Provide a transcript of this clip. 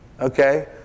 okay